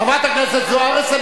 למה צריך, חברת הכנסת זוארץ.